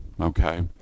Okay